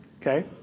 Okay